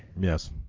Yes